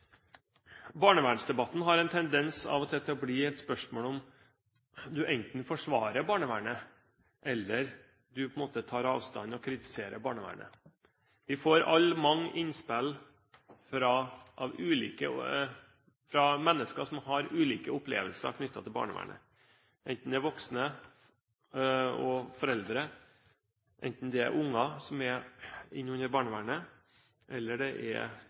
Barnevernsdebatten har av og til en tendens til å bli et spørsmål om du forsvarer barnevernet, eller om du tar avstand og kritiserer barnevernet. Vi får alle innspill fra mennesker som har ulike opplevelser knyttet til barnevernet, enten det er voksne, foreldre eller unger som er under barnevernet, eller det er